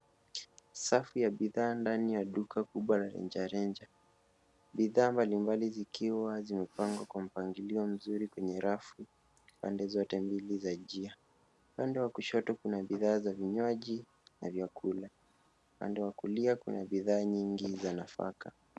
Safu ya bidhaa ndani ya duka kubwa la rejareja. Bidhaa mbalimbali zikiwa zimepangwa kwa mpangilio mzuri kwenye rafu pande zote mbili za njia. Upande wa kushoto kuna bidhaa za vinywaji na vyakula. Upande wa kulia kuna bidhaa nyingi za nafaka.